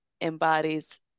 embodies